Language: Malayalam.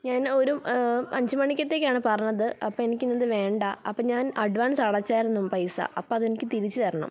ഞാനൊരു അഞ്ച് മണിക്കത്തേക്ക് ആണ് പറഞ്ഞത് അപ്പോൾ എനിക്ക് എനിക്ക് ഇന്നത് വേണ്ട അപ്പോൾ ഞാന് അഡ്വാൻസ് അടച്ചായിരുന്നു പൈസ അപ്പോൾ അത് എനിക്കു തിരിച്ചു തരണം